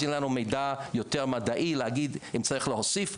יהיה לנו מידע יותר מדעי להגיד אם צריך להוסיף,